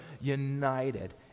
united